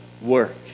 work